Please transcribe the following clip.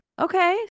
okay